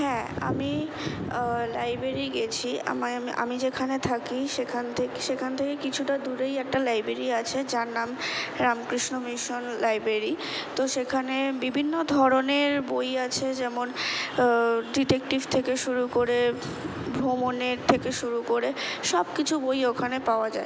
হ্যাঁ আমি লাইব্রেরি গেছি আমায় আমি যেখানে থাকি সেখান থে সেখান থেকে কিছুটা দূরেই একটা লাইব্রেরি আছে যার নাম রামকৃষ্ণ মিশন লাইব্রেরি তো সেখানে বিভিন্ন ধরনের বই আছে যেমন ডিটেকটিভ থেকে শুরু করে ভ্রমণের থেকে শুরু করে সবকিছু বই ওখানে পাওয়া যায়